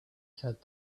said